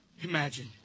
Imagine